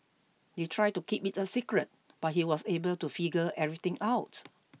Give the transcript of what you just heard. they tried to keep it a secret but he was able to figure everything out